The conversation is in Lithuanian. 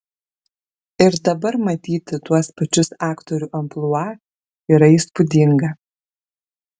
ir dabar matyti tuos pačius aktorių amplua yra įspūdinga